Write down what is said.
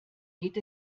geht